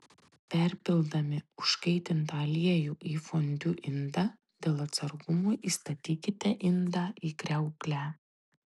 perpildami užkaitintą aliejų į fondiu indą dėl atsargumo įstatykite indą į kriauklę